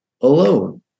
alone